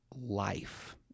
life